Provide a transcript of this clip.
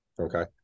Okay